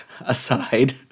aside